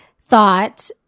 thought